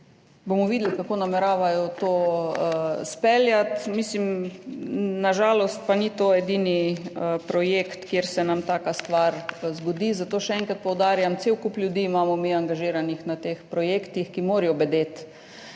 bomo videli, kako nameravajo to speljati. Na žalost pa ni to edini projekt, kjer se nam dogaja taka stvar. Zato še enkrat poudarjam, cel kup ljudi imamo mi angažiranih na teh projektih, ki morajo bedeti